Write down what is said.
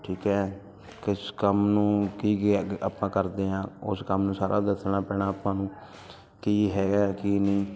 ਠੀਕ ਹੈ ਕਿਸ ਕੰਮ ਨੂੰ ਕੀ ਕੀ ਅਗੇ ਆਪਾਂ ਕਰਦੇ ਆਹਾਂ ਉਸ ਕੰਮ ਨੂੰ ਸਾਰਾ ਦੱਸਣਾ ਪੈਣਾ ਆਪਾਂ ਨੂੰ ਕੀ ਹੈਗਾ ਕੀ ਨਹੀਂ